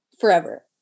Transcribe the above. forever